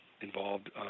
involved